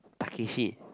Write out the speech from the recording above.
Takeshi